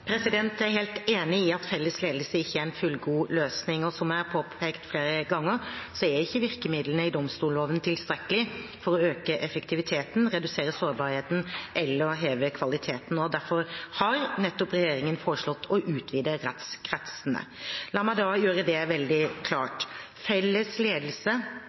Jeg er helt enig i at felles ledelse ikke er en fullgod løsning. Som jeg har påpekt flere ganger, er ikke virkemidlene i domstolloven tilstrekkelige for å øke effektiviteten, redusere sårbarheten eller heve kvaliteten. Det er nettopp derfor regjeringen har foreslått å utvide rettskretsene. La meg gjøre det veldig klart: Felles ledelse